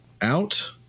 out